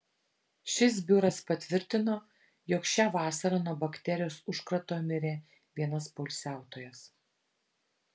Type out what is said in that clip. šis biuras patvirtino jog šią vasarą nuo bakterijos užkrato mirė vienas poilsiautojas